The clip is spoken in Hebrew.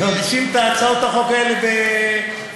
ומגישים את הצעות החוק האלה בחלקים.